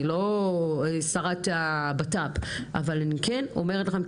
אני לא שרת הבט"פ אבל אני כן אומרת לכם,